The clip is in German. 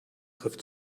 griff